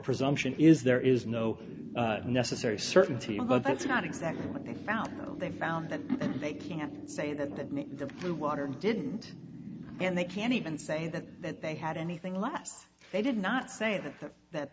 presumption is there is no necessary certainty but that's not exactly what they found they found that they can't say that the the water didn't and they can't even say that they had anything less they did not say that